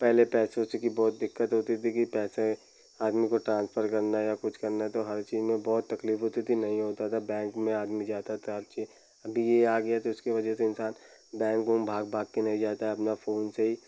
पहले पैसों की बहुत दिक्क़त होती थी कि पैसे आदमी को ट्रांसफर करना है या कुछ करना है तो हर चीज़ में बहुत तकलीफ़ होती थी नहीं होता था बैंक में आदमी जाता था आबची अब ये आ गया तो इसके वजह से इंसान बैंकों में भाग भाग के नहीं जाता है अपना फोन से ही